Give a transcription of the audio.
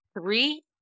three